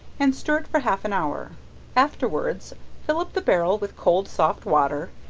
and stir it for half an hour afterwards fill up the barrel with cold soft water,